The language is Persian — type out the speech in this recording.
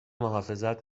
محافظت